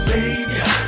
Savior